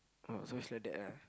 oh so it's like that ah